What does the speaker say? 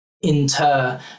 inter